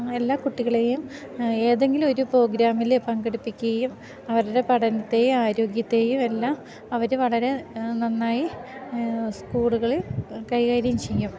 എല്ലാ കുട്ടികളെയും ഏതെങ്കിലും ഒരു പോഗ്രാമിൽ പങ്കെടുപ്പിക്കുകയും അവരുടെ പഠനത്തെയും ആരോഗ്യത്തെയും എല്ലാം അവർ വളരെ നന്നായി സ്കൂളുകളിൽ കൈകാര്യം ചെയ്യും